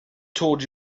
told